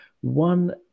one